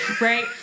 right